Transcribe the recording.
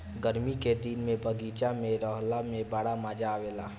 गरमी के दिने में बगीचा में रहला में बड़ा मजा आवेला